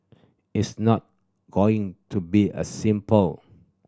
it's not going to be a simple